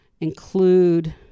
include